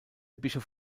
bischof